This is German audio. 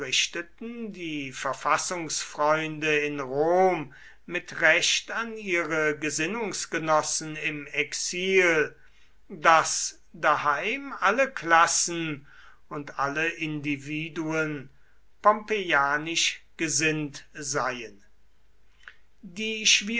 die verfassungsfreunde in rom mit recht an ihre gesinnungsgenossen im exil daß daheim alle klassen und alle individuen pompeianisch gesinnt seien die